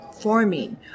forming